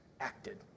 acted